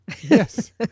Yes